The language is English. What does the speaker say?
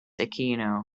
aquino